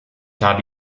habe